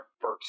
first